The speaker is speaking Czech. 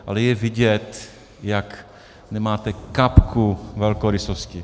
Ale je vidět, jak nemáte kapku velkorysosti!